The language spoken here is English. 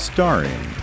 Starring